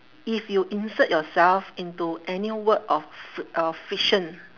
if you insert yourself into any work of fric~ uh fiction